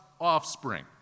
offspring